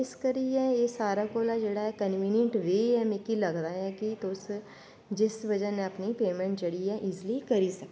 इस करियै एह् सारैं कोला कनविनियंट बी ऐ मिगी लगदा ऐ कि तुस जिस बज़ह नै पेमैं इज़ली करी सकने